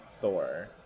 Thor